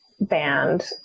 band